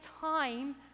time